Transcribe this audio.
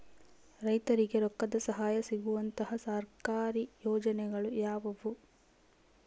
ರೈತರಿಗೆ ರೊಕ್ಕದ ಸಹಾಯ ಸಿಗುವಂತಹ ಸರ್ಕಾರಿ ಯೋಜನೆಗಳು ಯಾವುವು?